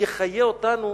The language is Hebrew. שיחיה אותנו,